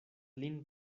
lin